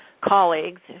colleagues